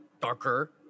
darker